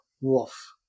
wolf